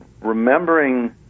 remembering